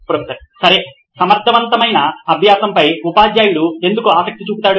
professor సరే సమర్థవంతమైన అభ్యాసంపై ఉపాధ్యాయుడు ఎందుకు ఆసక్తి చూపుతాడు